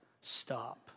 stop